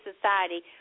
society